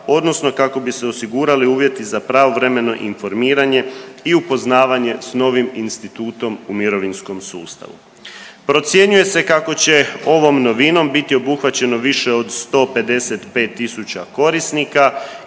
odnosno kako bi se osigurali uvjeti za pravovremeno informiranje i upoznavanje s novim institutom u mirovinskom sustavu. Procjenjuje se kako će ovom novinom biti obuhvaćeno više od 155.000 korisnika